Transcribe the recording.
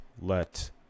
let